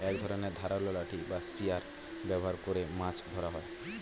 এক ধরনের ধারালো লাঠি বা স্পিয়ার ব্যবহার করে মাছ ধরা হয়